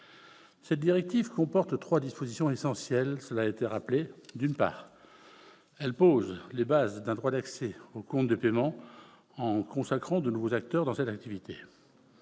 Cette directive comporte trois dispositions essentielles, qui ont été rappelées. D'abord, elle pose les bases d'un droit d'accès aux comptes de paiement, en consacrant de nouveaux acteurs dans cette activité.